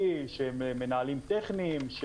מגיעה אותו טכנאי של